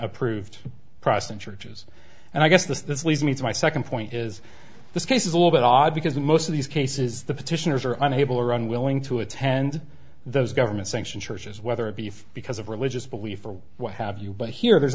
approved process in churches and i guess this leads me to my second point is this case is a little bit odd because most of these cases the petitioners are unable or unwilling to attend those government sanctioned churches whether it be because of religious belief or what have you but here there's